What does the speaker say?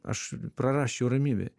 aš prarasčiau ramybę